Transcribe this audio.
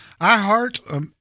iHeart